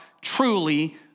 truly